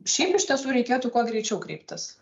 šiaip iš tiesų reikėtų kuo greičiau kreiptis